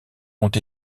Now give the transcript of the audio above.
ont